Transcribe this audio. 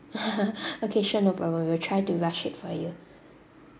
okay sure no problem we'll try to rush it for you